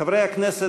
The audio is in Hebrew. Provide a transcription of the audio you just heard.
חברי הכנסת,